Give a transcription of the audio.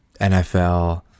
NFL